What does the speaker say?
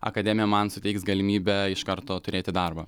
akademija man suteiks galimybę iš karto turėti darbą